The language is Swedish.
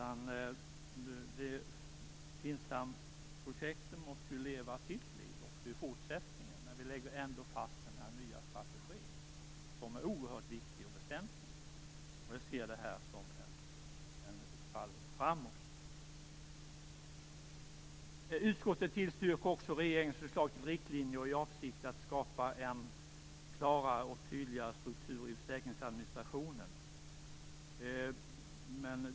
FINSAM-projektet måste ju leva sitt liv också i fortsättningen, men vi lägger ändå fast den här nya strategin som är oerhört viktig. Jag ser det här som ett fall framåt. Utskottet tillstyrker också regeringens förslag till riktlinjer i avsikt att skapa en klarare och tydligare struktur i försäkringsadministrationen.